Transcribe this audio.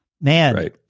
man